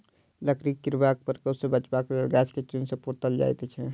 लकड़ीक कीड़ाक प्रकोप सॅ बचबाक लेल गाछ के चून सॅ पोतल जाइत छै